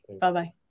Bye-bye